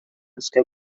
өскә